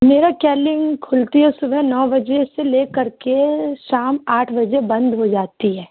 میرا کیلنگ کھلتی ہے صبح نو بجے سے لے کر کے شام آٹھ بجے بند ہو جاتی ہے